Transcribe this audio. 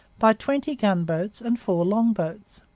by twenty gunboats and four longboats,